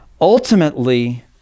ultimately